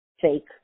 fake